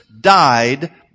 died